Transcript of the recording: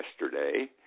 yesterday